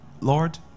Lord